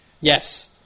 Yes